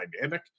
dynamic